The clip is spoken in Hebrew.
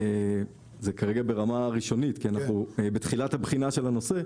וזה כרגע ברמה ראשונית כי אנחנו בתחילת בחינת הנושא,